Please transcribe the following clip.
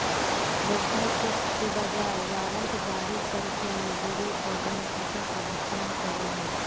व्यवसाय चेक के बजाय वारंट जारी करके मजदूरी और अन्य खाता के भुगतान करो हइ